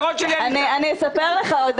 סעיף שהוא רוצה כאשר משולבים בו גם מתיישבי יהודה